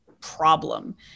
problem